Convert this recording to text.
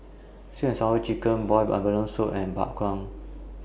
Sweet and Sour Chicken boiled abalone Soup and Bak Chang